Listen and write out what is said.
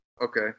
Okay